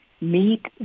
meet